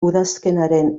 udazkenaren